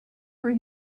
for